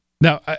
Now